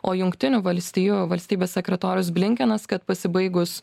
o jungtinių valstijų valstybės sekretorius blinkenas kad pasibaigus